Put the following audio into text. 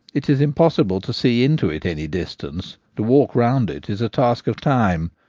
it is impossible to see into it any distance to walk round it is a task of time.